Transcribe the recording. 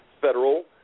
federal